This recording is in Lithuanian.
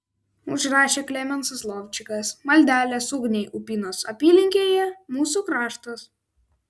užrašė klemensas lovčikas maldelės ugniai upynos apylinkėje mūsų kraštas